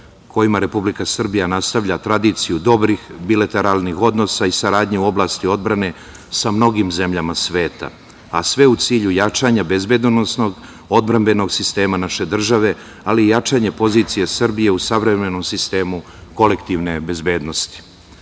kojima Republika Srbija nastavlja tradiciju dobrih bilateralnih odnosa i saradnje u oblasti odbrane sa mnogim zemljama sveta, a sve u cilju jačanja bezbednosnog, odbrambenog sistema naše države, ali i jačanje pozicije Srbije u savremenom sistemu kolektivne bezbednosti. Sa